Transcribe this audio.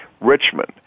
Richmond